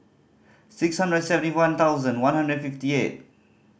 six hundred and seventy one thousand one hundred and fifty eight